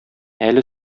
әле